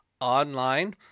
online